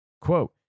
Quote